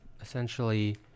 essentially